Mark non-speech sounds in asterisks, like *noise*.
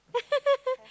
*laughs*